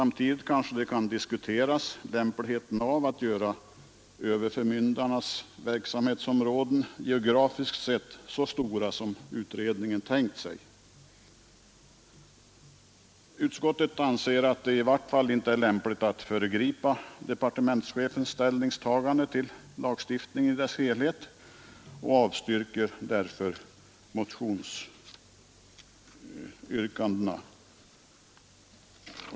Man kanske också kan diskutera lämpligheten av att göra överförmyndarnas verksamhetsområden geografiskt sett så stora som utredningen tänkt sig. Utskottet anser det i varje fall inte lämpligt att föregripa departementschefens ställningstagande till lagstiftningen i dess helhet och avstyrker därför motionsyrkandena.